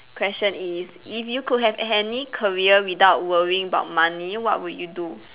question is if you could have any career without worrying about money what would you do